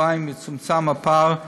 שבועיים יצומצם הפער,